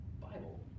Bible